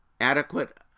adequate